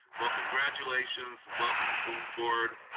well, congratulations, welcome aboard.